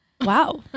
Wow